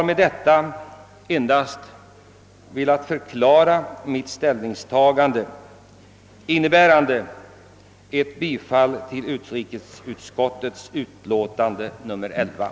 Med dessa ord har jag velat förklara mitt ställningstagande, som innebär ett yrkande om bifall till utrikesutskottets hemställan.